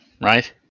right